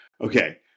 okay